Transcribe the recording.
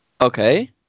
Okay